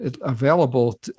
available